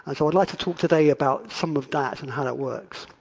and so i'd like to talk today about some of that and how that works.